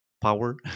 power